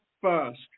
first